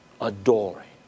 adoring